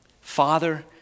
Father